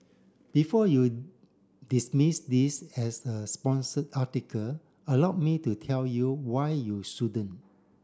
before you dismiss this as a sponsored article allowed me to tell you why you shouldn't